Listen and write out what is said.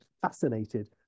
fascinated